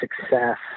success